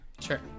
Sure